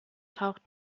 taucht